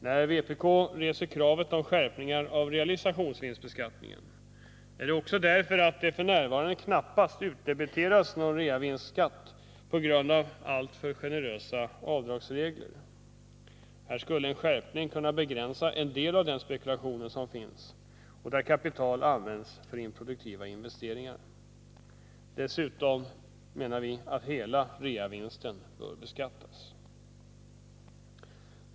När vpk reser kravet på skärpningar av realisationsvinstbeskattningen är det också därför att det f. n. knappast utdebiteras någon reavinstskatt på grund av alltför generösa avdragsregler. Här skulle en skärpning kunna begränsa en del av den spekulation som förekommer och där kapital används för improduktiva investeringar. Dessutom menar vi att hela reavinsten bör beskattas.